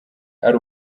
ari